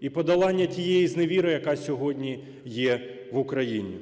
і подолання тієї зневіри, яка сьогодні є в Україні.